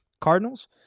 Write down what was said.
Cardinals